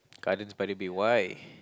Gardens by the Bay why